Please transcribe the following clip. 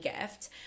gift